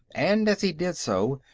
and as he did so,